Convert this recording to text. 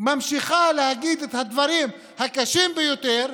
ממשיכים להגיד את הדברים הקשים ביותר.